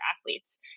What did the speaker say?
athletes